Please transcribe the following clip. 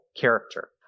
character